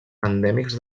endèmics